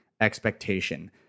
expectation